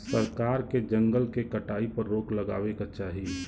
सरकार के जंगल के कटाई पर रोक लगावे क चाही